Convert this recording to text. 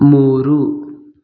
ಮೂರು